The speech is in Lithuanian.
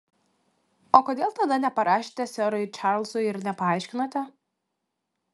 o kodėl tada neparašėte serui čarlzui ir nepaaiškinote